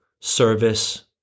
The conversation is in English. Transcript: service